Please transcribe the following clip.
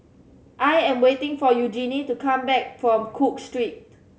I am waiting for Eugenie to come back from Cook Street